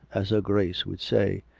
as her grace would say.